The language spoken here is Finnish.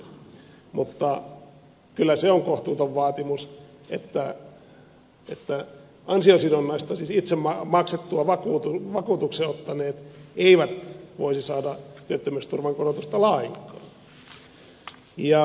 mutta kyllä se on kohtuuton vaatimus että ansiosidonnaista saavat siis itse maksetun vakuutuksen ottaneet eivät voisi saada työttömyysturvan korotusta lainkaan